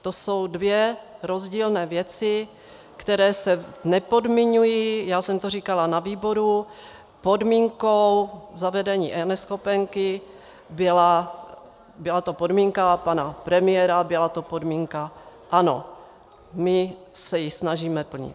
To jsou dvě rozdílné věci, které se nepodmiňují, já jsem to říkala na výboru, podmínkou zavedení eNeschopenky, byla to podmínka pana premiéra, byla to podmínka ANO, my se ji snažíme plnit.